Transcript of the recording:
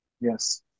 Yes